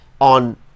on